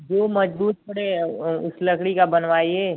जो मज़बूत पड़े उस लकड़ी का बनवाइए